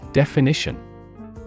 Definition